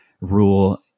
rule